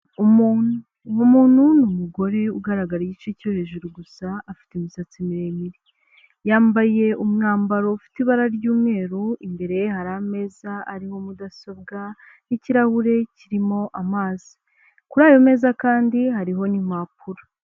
Umuntu, uwo muntu ni umugore ugaragara igice cyo hejuru gusa afite imisatsi miremire, yambaye umwambaro ufite ibara ry'umweru imbere ye hari ameza ariho mudasobwa n'ikirahure kirimo amazi, kuri ayo meza kandi hariho n'impapuro.